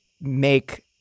make